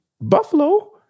Buffalo